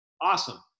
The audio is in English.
Awesome